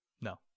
no